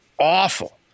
Awful